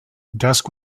dusk